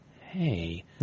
hey